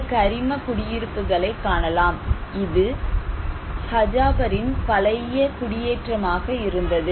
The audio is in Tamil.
இந்த கரிம குடியிருப்புகளை காணலாம் இது ஹஜாபரின் பழைய குடியேற்றமாக இருந்தது